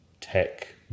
tech